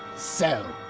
so,